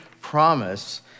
promise